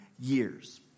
years